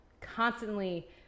constantly